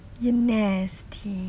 you nasty